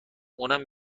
اونم